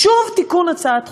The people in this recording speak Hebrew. שוב תיקון הצעת חוק.